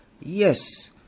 yes